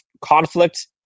conflict